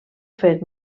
fet